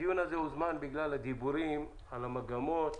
הדיון הזה הוזמן בגלל הדיבורים על המגמות